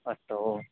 अस्तु ओ